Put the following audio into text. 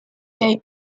gay